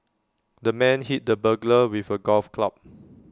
the man hit the burglar with A golf club